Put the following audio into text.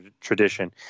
tradition